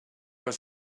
are